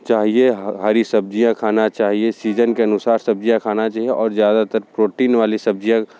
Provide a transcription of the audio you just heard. चाहिए हरी सब्ज़ियाँ खाना चाहिए सीजन के अनुसार सब्ज़ियाँ खाना चाहिए और ज़्यादातर प्रोटीन वाली सब्ज़ियाँ